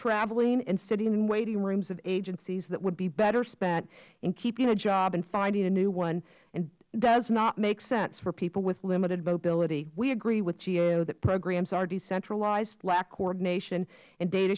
traveling and sitting in waiting rooms of agencies that would be better spent keeping a job and finding a new one and it does not make sense for people with limited mobility we agree with gao that programs are decentralized lack coordination and data